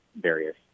various